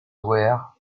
where